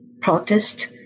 protest